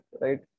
right